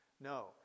No